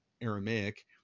Aramaic